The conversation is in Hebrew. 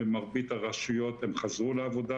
במרבית הרשויות הם חזרו לעבודה,